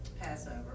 Passover